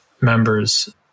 members